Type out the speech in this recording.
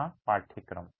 यहाँ पाठ्यक्रम